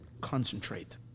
concentrate